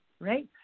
Right